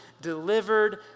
delivered